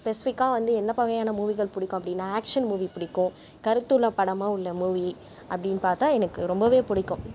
ஸ்பெசிஃபிக்காக வந்து எந்த வகையான மூவிகள் பிடிக்கும் அப்படின்னா ஆக்ஷன் மூவி பிடிக்கும் கருத்துள்ள படமாக உள்ள மூவி அப்டின்னு பார்த்தா எனக்கு ரொம்பவே பிடிக்கும்